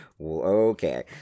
Okay